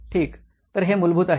ठीक तर हे मूलभूत आहे